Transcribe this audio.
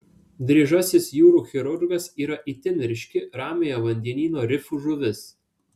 dryžasis jūrų chirurgas yra itin ryški ramiojo vandenyno rifų žuvis